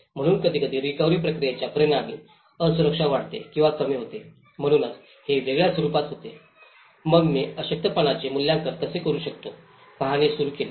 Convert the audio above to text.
म्हणून कधीकधी रिकव्हरी प्रक्रियेच्या परिणामी असुरक्षा वाढते किंवा कमी होते म्हणूनच हे वेगळ्या स्वरूपात होते मग मी अशक्तपणाचे मूल्यांकन कसे करू शकतो हे पाहणे सुरू केले